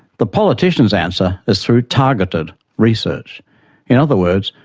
the politicians' answer is through targeted research in other words,